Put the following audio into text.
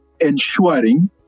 ensuring